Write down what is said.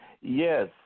Yes